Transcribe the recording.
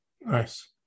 Nice